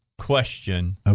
question